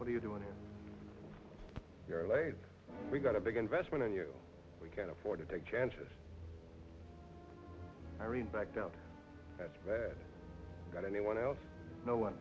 what are you doing or you're late we got a big investment in you we can't afford to take chances i mean back down that's bad got anyone else no one